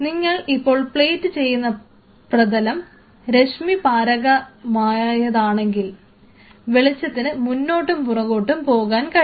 നിങ്ങൾ ഇപ്പോൾ പ്ലേറ്റ് ചെയ്യുന്ന പ്രതലം രശ്മിപാരകമായതാണെങ്കിൽ വെളിച്ചത്തിന് മുന്നോട്ടും പുറകോട്ടും പോകാൻ കഴിയും